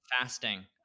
fasting